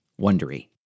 wondery